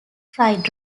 fried